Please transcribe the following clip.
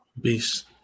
beast